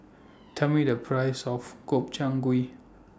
Tell Me The Price of Gobchang Gui